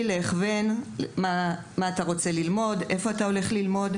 והכוונה לגבי בחירת תחום לימודים ומקום לימודים.